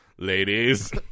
Ladies